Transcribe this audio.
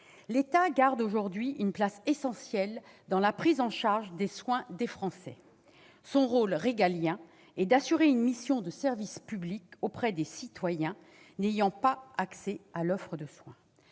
L'État garde aujourd'hui une place essentielle dans la prise en charge des soins des Français. Son rôle régalien est d'assurer une mission de service public auprès des citoyens n'ayant pas accès à l'offre de soins.